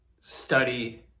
study